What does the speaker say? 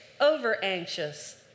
overanxious